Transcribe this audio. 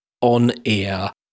on-ear